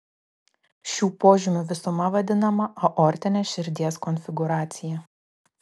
šių požymių visuma vadinama aortine širdies konfigūracija